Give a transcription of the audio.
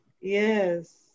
Yes